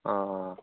অঁ অঁ অঁ